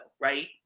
Right